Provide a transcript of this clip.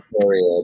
Period